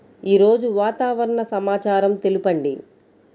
ఈరోజు వాతావరణ సమాచారం తెలుపండి